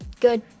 Good